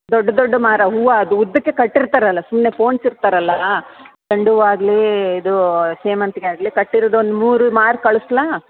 ದೊಡ್ಡ ದೊಡ್ಡ ಮಾರು ಹೂವು ಅದು ಉದ್ದಕ್ಕೆ ಕಟ್ಟಿರ್ತಾರಲ್ಲ ಸುಮ್ಮನೆ ಪೋಣ್ಸಿ ಇರ್ತಾರಲ್ಲ ಚೆಂಡು ಹೂವ ಆಗಲಿ ಇದು ಸೇವಂತ್ಗೆ ಆಗಲಿ ಕಟ್ಟಿರೋದೊಂದು ಮೂರು ಮಾರು ಕಳಿಸ್ಲಾ